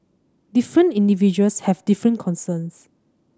different individuals have different concerns